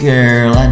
Girl